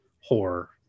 horror